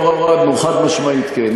הורדנו, חד-משמעית כן.